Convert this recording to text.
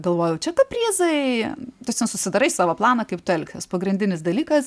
galvojau čia kaprizai tiesiog susidarai savo planą kaip tu elgsies pagrindinis dalykas